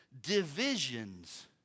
divisions